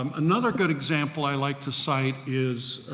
um another good example i like to cite is,